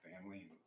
family